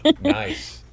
nice